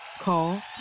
Call